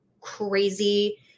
crazy